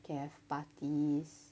can have parties